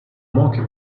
manque